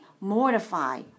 mortify